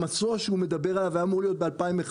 המסוע שהוא מדבר עליו היה אמור להיות ב-2011.